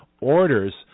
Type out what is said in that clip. orders